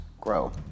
grow